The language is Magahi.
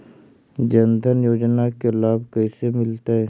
जन धान योजना के लाभ कैसे मिलतै?